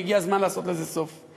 והגיע הזמן לעשות לזה סוף.